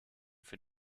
für